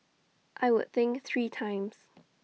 I would think three times